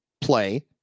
play